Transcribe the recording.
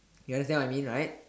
you understand what I mean right